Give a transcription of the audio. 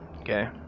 Okay